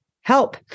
Help